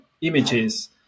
images